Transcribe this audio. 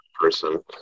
person